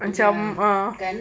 ya kan